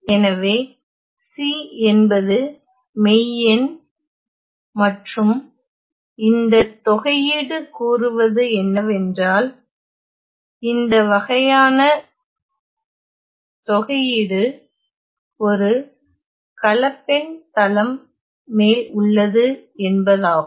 எனவே C என்பது மெய்யெண் மற்றும் இந்த தொகையீடு கூறுவது என்னவென்றால் இந்த வகையான தொகையீடு ஒரு கலப்பெண் தளம் மேல் உள்ளது என்பதாகும்